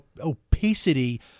opacity